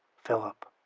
philip.